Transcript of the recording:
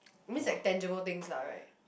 means like tangible things lah right